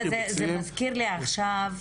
מזכיר לי עכשיו,